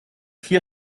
vier